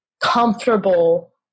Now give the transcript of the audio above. comfortable